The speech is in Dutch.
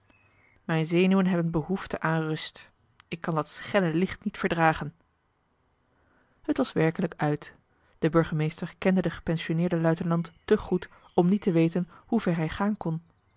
mijn zenuwen hebben behoefte aan rust ik kan dat schelle licht niet verdragen het was werkelijk uit de burgemeester kende den gepensionneerden luitenant te goed om niet te weten hoever hij gaan kon